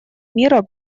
мира